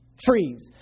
trees